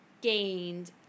gained